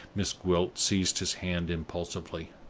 miss gwilt seized his hand impulsively.